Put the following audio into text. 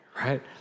right